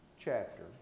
chapter